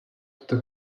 tuto